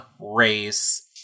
Race